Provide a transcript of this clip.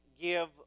give